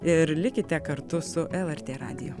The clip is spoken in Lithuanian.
ir likite kartu su el er t radiju